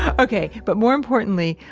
ah okay, but more importantly,